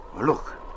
Look